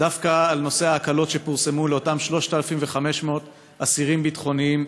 דווקא על נושא ההקלות שפורסמו לאותם 3,500 אסירים ביטחוניים,